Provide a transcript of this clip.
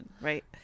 right